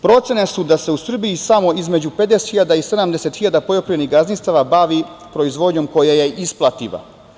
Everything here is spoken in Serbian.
Procene su da su u Srbiji samo između 50 hiljada i 70 hiljada poljoprivrednih gazdinstava bavi proizvodnjom koja je isplativa.